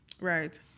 right